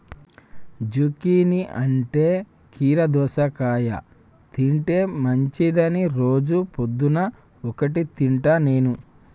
zucchini అంటే కీరా దోసకాయ తింటే మంచిదని రోజు పొద్దున్న ఒక్కటి తింటా నేను